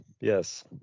yes